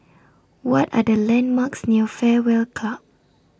What Are The landmarks near Fairway Club